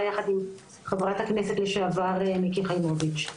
ביחד עם חברת הכנסת לשעבר מיקי חיימוביץ''.